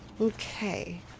Okay